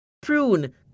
Prune